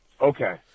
Okay